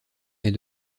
est